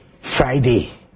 Friday